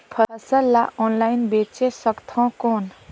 फसल ला ऑनलाइन बेचे सकथव कौन?